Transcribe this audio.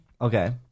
Okay